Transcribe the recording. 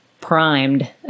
primed